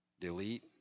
delete